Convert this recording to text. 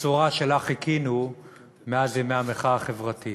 הבשורה שלה חיכינו מאז ימי המחאה החברתית.